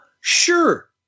sure